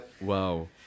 Wow